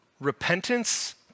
Repentance